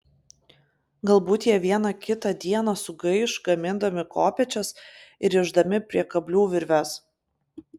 galbūt jie vieną kitą dieną sugaiš gamindami kopėčias ir rišdami prie kablių virves